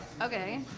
Okay